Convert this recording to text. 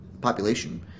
population